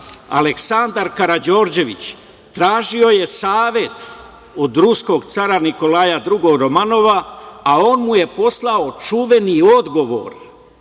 Aleksandar Karađorđević tražio je savet od ruskog cara Nikolaja II Romanova, a on mu je poslao čuveni odgovor,